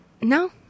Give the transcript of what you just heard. No